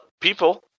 people